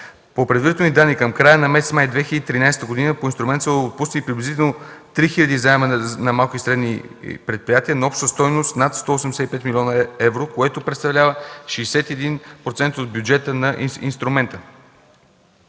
По предварителни данни към края на месец май 2013 г. по инструмента са отпуснати приблизително 3 хиляди заема на малки и средни предприятия на обща стойност над 185 млн. евро, което представлява 61% от бюджета на инструмента.